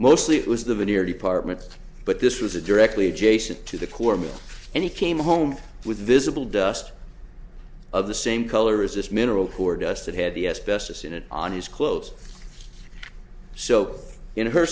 mostly it was the veneer department but this was a directly adjacent to the core mill and he came home with a visible dust of the same color as this mineral core dust that had the s best s in it on his clothes so in her